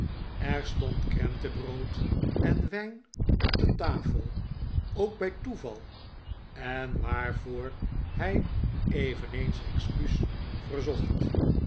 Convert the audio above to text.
er stond krentenbrood en wijn op de tafel ook bij toeval en waarvoor hij eveneens excuus verzocht